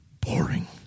boring